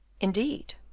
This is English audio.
Indeed